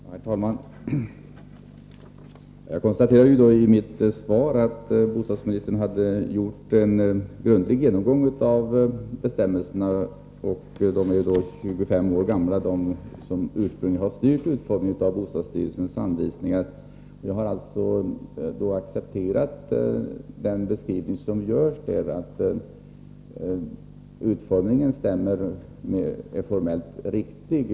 Herr talman! Jag konstaterade i mitt inlägg att bostadsministern hade gjort en grundlig genomgång av bestämmelserna. De bestämmelser som ursprungligen har styrt utformningen av bostadsstyrelsens anvisningar är 25 år gamla. Jag har accepterat den beskrivning som ges i svaret och bostadsministerns slutsats att utformningen är formellt riktig.